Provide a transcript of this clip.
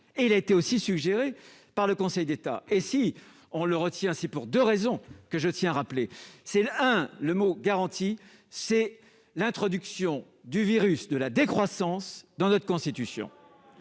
et il a également été suggéré par le Conseil d'État. Si nous le retenons, c'est pour deux raisons que je tiens à rappeler. D'abord, le verbe « garantir », c'est l'introduction du virus de la décroissance dans notre Constitution